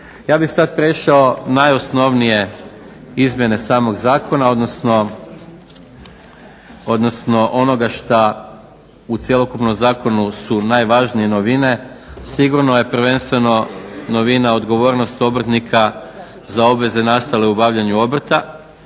Ja bih sada prešao najosnovnije izmjene samog zakona odnosno onoga šta u cjelokupnom zakonu su najvažnije novine. Sigurno je prvenstveno novina odgovornost obrtnika za obveze nastale u obavljanju obrta.